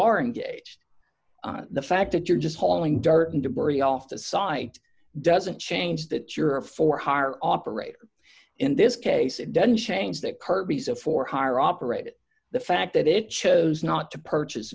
are engaged the fact that you're just hauling dirt and debris off the site doesn't change that you're for hire operators in this case it doesn't change that kirby's of for hire operated the fact that it chose not to purchase